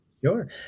Sure